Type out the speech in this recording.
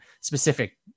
specific